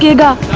go